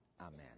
Amen